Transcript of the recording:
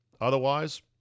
Otherwise